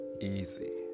Easy